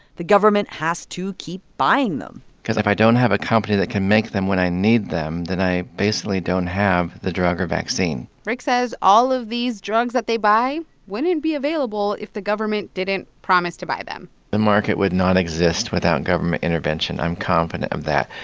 the government has to keep buying them cause if i don't have a company that can make them when i need them, then i basically don't have the drug or vaccine rick says all of these drugs that they buy wouldn't be available if the government didn't promise to buy them the market would not exist without government intervention. i'm confident of that.